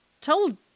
told